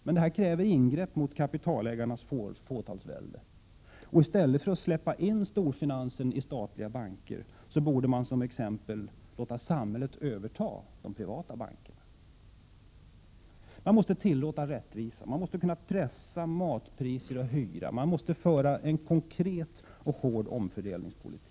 Men det kräver ingrepp mot kapitalägarnas fåtalsvälde. I stället för att släppa in storfinansen i statliga banker borde man exempelvis låta samhället överta de privata bankerna. Man måste tillåta rättvisa. Man måste kunna pressa matpriser och hyror. Man måste föra en konkret och hård omfördelningspolitik.